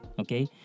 okay